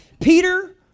Peter